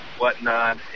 whatnot